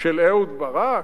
של אהוד ברק?